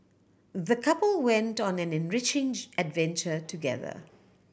the couple went on an enriching adventure together